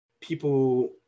people